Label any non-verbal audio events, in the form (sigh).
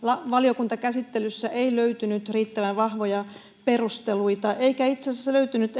valiokuntakäsittelyssä ei löytynyt riittävän vahvoja perusteluita eikä itse asiassa löytynyt (unintelligible)